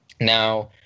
Now